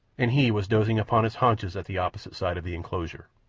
and he was dozing upon his haunches at the opposite side of the enclosure.